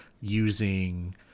using